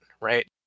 right